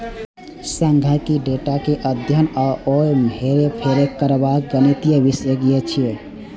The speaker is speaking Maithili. सांख्यिकी डेटा के अध्ययन आ ओय मे हेरफेर करबाक गणितीय विषय छियै